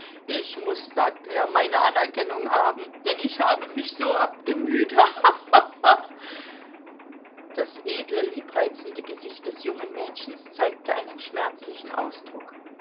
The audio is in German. ich muß sagt er meine anerkennung haben denn ich habe mich so abgemüht ha ha ha ha das edle liebreizende gesicht des jungen mädchens zeigte einen schmerzlichen ausdruck